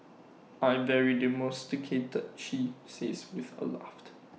I very domesticated she says with A laughed